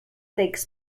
takes